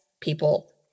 people